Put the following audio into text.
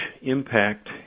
impact